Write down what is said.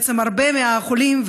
בעצם הרבה מהחולים,